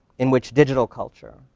in which digital culture,